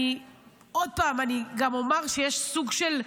ועוד פעם, אני גם אומר שיש סוג של,